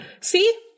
see